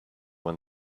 when